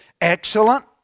Excellent